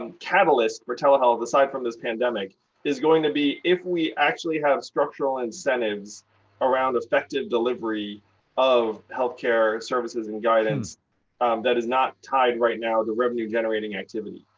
um catalyst for telehealth aside from this pandemic is going to be if we actually have structural incentives around effective delivery of healthcare services and guidance that is not tied right now to revenue generating activity.